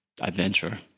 adventure